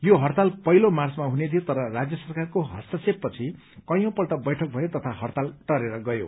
यो हड़ताल पहिलो मार्चमा हुने थियो तर राज्य सरकारको हस्तक्षेप पछि कैयौंपल्ट बैठक भयो तथा हड़ताल टरेर गयो